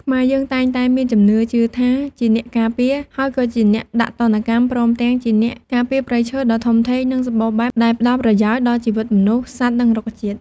ខ្មែរយើងតែងតែមានជំនឿជឿថា ជាអ្នកការពារ ហើយក៏ជាអ្នកដាក់ទណ្ឌកម្ម ព្រមទាំងជាអ្នកការពារព្រៃឈើដ៏ធំធេង និងសម្បូរបែបដែលផ្ដល់ប្រយោជន៍ដល់ជីវិតមនុស្ស សត្វ និងរុក្ខជាតិ។